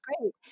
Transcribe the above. great